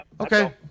Okay